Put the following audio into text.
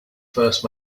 first